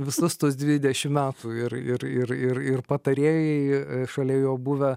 visus tuos dvidešim metų ir ir ir ir ir patarėjai šalia jo buvę